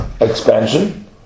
expansion